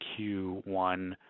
Q1